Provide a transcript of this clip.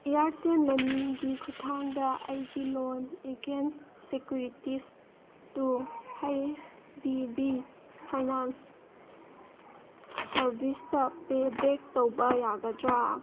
Airtel ꯃꯅꯤꯒꯤ ꯈꯨꯠꯊꯥꯡꯗ ꯑꯩꯒꯤ ꯂꯣꯟ ꯑꯦꯒꯦꯟꯁ ꯁꯦꯀꯨꯔꯤꯇꯤꯁ ꯇꯨ ꯍꯩꯁ ꯗꯤ ꯕꯤ ꯐꯥꯏꯅꯥꯟꯁ ꯁꯔꯚꯤꯁꯇ ꯄꯦ ꯕꯦꯛ ꯇꯧꯕ ꯌꯥꯒꯗ꯭ꯔꯥ